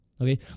Okay